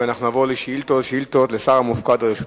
אנחנו נעבור לשאילתות לשר המופקד על רשות השידור.